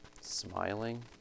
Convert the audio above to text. smiling